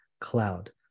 cloud